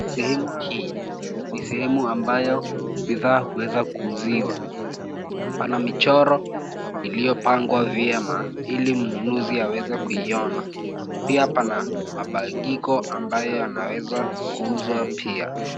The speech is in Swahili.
Sehemu hii ni sehemu ambayo bidhaa huweza kuuziwa. Pana michoro iliyopangwa vyema ili mnunuzi aweze kuiona. Pia kuna mabagiko ambayo yanaweza kuuzwa pia.